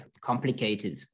complicated